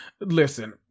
listen